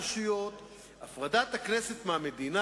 אבל,